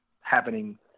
happening